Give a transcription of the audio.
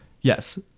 yes